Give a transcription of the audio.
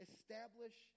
Establish